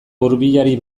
hurbilari